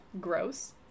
gross